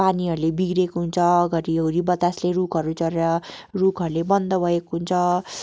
पानीहरूले बिग्रिएको हुन्छ घरि हुरी बतासले रुखहरू झरेर रुखहरूले बन्द भएको हुन्छ